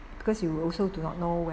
because you also do not know